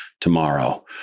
tomorrow